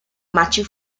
matthew